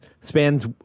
spans